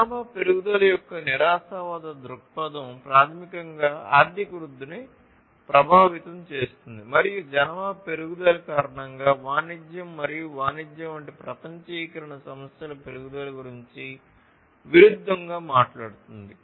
జనాభా పెరుగుదల యొక్క నిరాశావాద దృక్పథం సమస్యల పెరుగుదల గురించి విరుద్దంగా మాట్లాడుతుంది